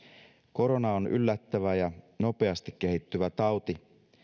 korona on yllättävä ja nopeasti kehittyvä tauti